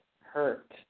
hurt